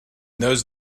those